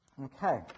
Okay